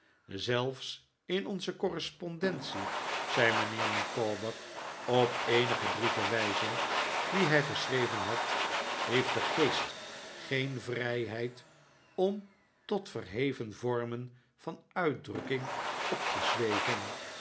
zelfs in onze correspondence zei mijnheer micawber op eenige brieven wijzend die hij geschreven had heeft de geest geen vrijheid om tot verheven vormen van uitdrukking op te zweven